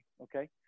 okay